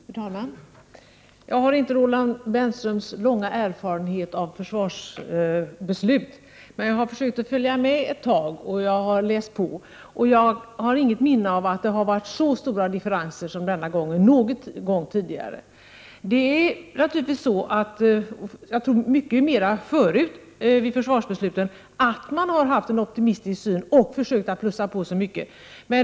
Fru talman! Jag har inte Roland Brännströms långa erfarenhet av försvarsbeslut, men jag har försökt att följa med, och jag har läst på. Jag har inget minne av att det någon gång tidigare har varit så stora differenser som det nu är. Troligen har man dock förut vid försvarsbesluten haft en mycket mer optimistisk syn och försökt att lägga på så mycket som möjligt.